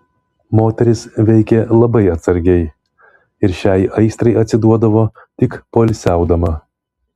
moteris veikė labai atsargiai ir šiai aistrai atsiduodavo tik poilsiaudama